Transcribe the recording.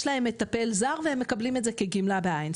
יש להם מטפל זר והם מקבלים את זה כגמלה בעין,